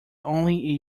only